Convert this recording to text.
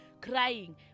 crying